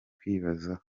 kwibazaho